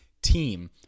team